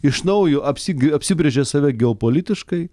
iš naujo apsi apsibrėžė save geopolitiškai